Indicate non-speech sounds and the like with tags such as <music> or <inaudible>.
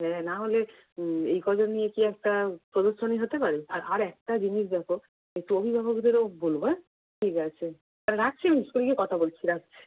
হ্যাঁ নাহলে এই কজন নিয়ে কি একটা প্রদর্শনী হতে পারে আর আর একটা জিনিস দেখো <unintelligible> বলবো হ্যাঁ ঠিক আছে তাহলে রাখছি আমি স্কুলে গিয়ে কথা বলছি রাখছি